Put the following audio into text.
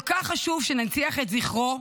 כל כך חשוב שננציח את זכרו,